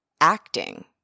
acting